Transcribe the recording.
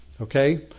okay